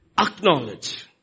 acknowledge